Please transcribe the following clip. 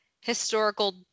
historical